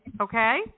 okay